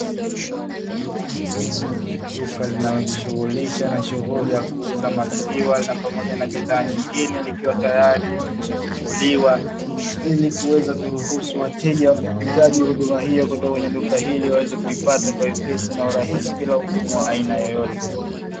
Duka linalojishughulisha na shughuli ya kuuza maziwa na pamoja na bidhaa nyingine, likiwa tayari limekwisha funguliwa ili kuweza kuruhusu wateja wakihitaji huduma hiyo kutoka kwenye duka hili waweze kuipata kwa wepesi na urahisi bila ugumu wa aina yoyote.